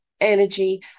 energy